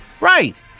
Right